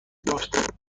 داشت